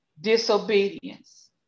disobedience